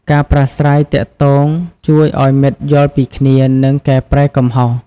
ការប្រាស្រ័យទាក់ទងជួយឱ្យមិត្តយល់ពីគ្នា និងកែប្រែកំហុស។